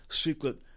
secret